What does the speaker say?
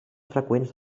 freqüents